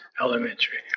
Elementary